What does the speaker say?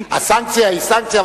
הסנקציה היא סנקציה,